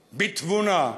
בתבונה,